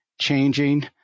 changing